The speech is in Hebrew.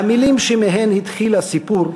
"המילים שמהן התחיל הסיפור,